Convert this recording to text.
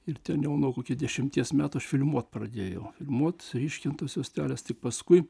ir ten jau nuo kokių dešimties metų aš filmuot pradėjau filmuot išryškint tas juostelės tik paskui